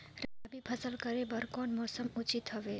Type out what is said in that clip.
रबी फसल करे बर कोन मौसम उचित हवे?